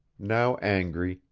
now angry,